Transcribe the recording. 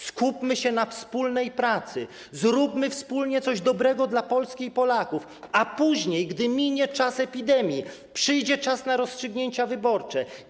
Skupmy się na wspólnej pracy, zróbmy wspólnie coś dobrego dla Polski i Polaków, a później, gdy minie czas epidemii, przyjdzie czas na rozstrzygnięcia wyborcze.